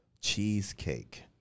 cheesecake